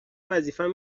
وظیفم